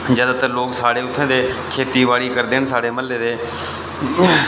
जैदातर लोक साढ़े इत्थूं दे खेतीबाड़ी करदे न म्हल्ले दे